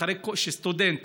אחרי שסטודנט